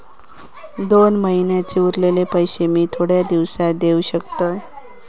दोन महिन्यांचे उरलेले पैशे मी थोड्या दिवसा देव शकतय?